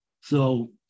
So-